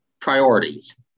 Priorities